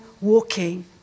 walking